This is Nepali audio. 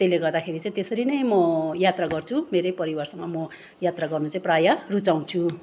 त्यसले गर्दाखेरि चाहिँ त्यसरी नै म यात्रा गर्छु मेरै परिवारसँग म यात्रा गर्नु चाहिँ प्रायः रुचाउँछु